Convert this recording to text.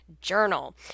journal